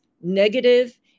negative